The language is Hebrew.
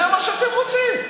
זה מה שאתם רוצים.